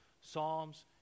Psalms